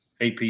AP